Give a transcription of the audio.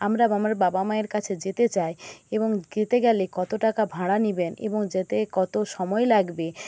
আমরা আমার বাবা মায়ের কাছে যেতে চাই এবং যেতে গেলে কত টাকা ভাড়া নেবেন এবং যেতে কত সময় লাগবে